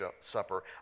Supper